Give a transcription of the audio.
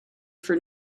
for